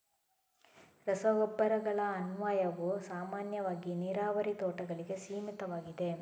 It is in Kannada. ರಸಗೊಬ್ಬರಗಳ ಅನ್ವಯವು ಸಾಮಾನ್ಯವಾಗಿ ನೀರಾವರಿ ತೋಟಗಳಿಗೆ ಸೀಮಿತವಾಗಿದೆ